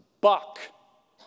buck